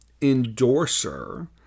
endorser